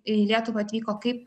į lietuvą atvyko kaip